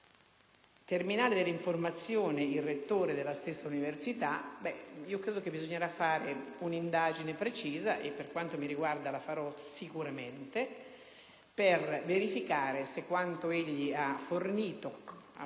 - terminale dell'informazione il rettore della stessa università - credo bisognerà fare un'indagine precisa - e per quanto mi riguarda la farò sicuramente - per verificare se quanto egli ha fornito a